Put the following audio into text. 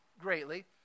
greatly